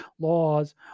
laws